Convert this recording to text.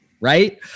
right